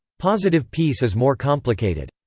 positive peace is more complicated.